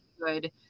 good